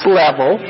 level